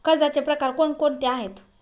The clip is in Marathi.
कर्जाचे प्रकार कोणकोणते आहेत?